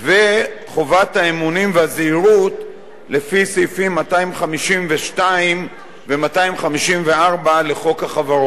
וחובת האמונים והזהירות לפי סעיפים 252 ו-254 לחוק החברות.